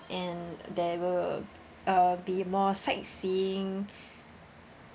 and there will uh be more sightseeing